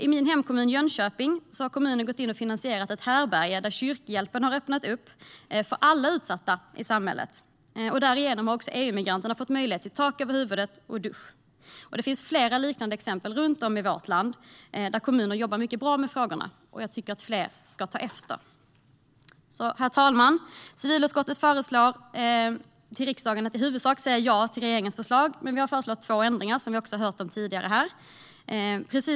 I min hemkommun Jönköping har kommunen gått in och finansierat ett härbärge som Kyrkhjälpen öppnat upp för alla utsatta i samhället. Därigenom har också EU-migranterna fått möjlighet till tak över huvudet och dusch. Det finns flera liknande exempel runt om i vårt land. Kommuner jobbar mycket bra med frågorna, och jag tycker att fler ska ta efter. Herr talman! Civilutskottet föreslår för riksdagen att i huvudsak säga ja till regeringens förslag. Men vi har föreslagit två ändringar.